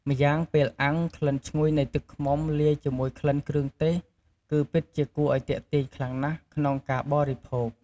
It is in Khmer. ម្យ៉ាងពេលអាំង ក្លិនឈ្ងុយនៃទឹកឃ្មុំលាយជាមួយក្លិនគ្រឿងទេស គឺពិតជាគួរឱ្យទាក់ទាញខ្លាំងណាស់ក្នុងការបរិភោគ។